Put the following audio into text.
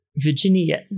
Virginia